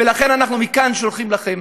ולכן אנחנו מכאן שולחים לכם: